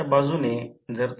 383 ampere